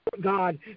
god